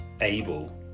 able